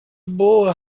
boa